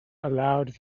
allowed